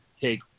take